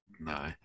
No